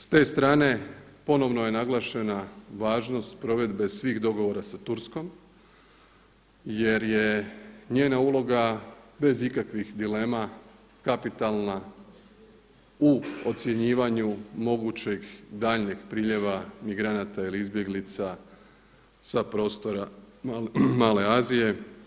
S te strane ponovno je naglašena važnost provedbe svih dogovora sa Turskom jer je njena uloga bez ikakvih dilema kapitalna u ocjenjivanju mogućeg daljnjeg priljeva migranata ili izbjeglica sa prostora Male Azije.